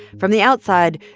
from the outside,